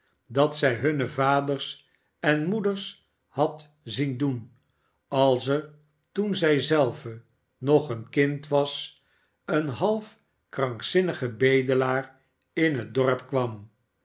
dat zij hunne vaders en moeders had zien doen als er toen zij zelve nog een kind was een half krankzinnige bedelaar in het dorp kwam